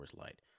Light